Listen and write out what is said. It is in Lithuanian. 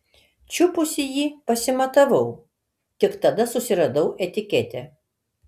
čiupusi jį pasimatavau tik tada susiradau etiketę